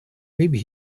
maybe